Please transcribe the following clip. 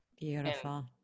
beautiful